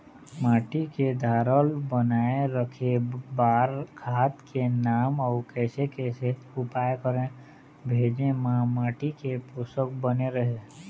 माटी के धारल बनाए रखे बार खाद के नाम अउ कैसे कैसे उपाय करें भेजे मा माटी के पोषक बने रहे?